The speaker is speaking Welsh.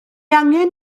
angen